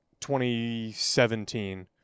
2017